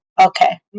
okay